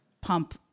pump